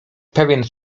pewien